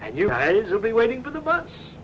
and you will be waiting for the bus